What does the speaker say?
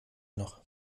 noch